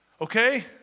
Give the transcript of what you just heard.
okay